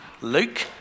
Luke